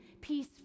peace